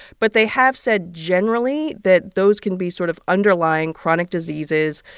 but they have said, generally, that those can be sort of underlying chronic diseases.